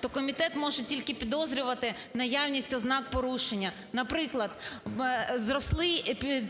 то комітет може тільки підозрювати наявність ознак порушення. Наприклад, зросли